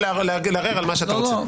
לא נפתח הדיון.